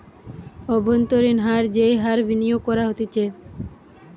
অব্ভন্তরীন হার যেই হার বিনিয়োগ করা হতিছে